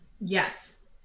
Yes